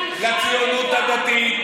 לציונות הדתית,